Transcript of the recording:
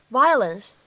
violence